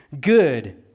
good